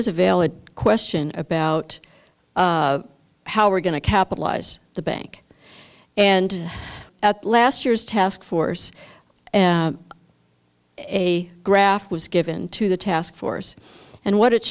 is a valid question about how we're going to capitalize the bank and at last year's task force and a graph was given to the task force and what it